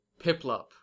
Piplup